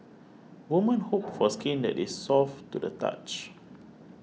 women hope for skin that is soft to the touch